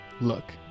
Look